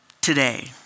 today